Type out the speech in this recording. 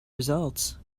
results